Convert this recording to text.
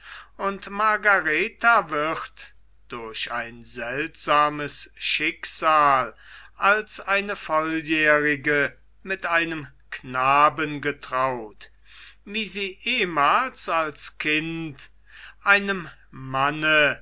und margaretha wird durch ein seltsames schicksal als eine volljährige mit einem knaben getraut wie sie ehemals als kind einem manne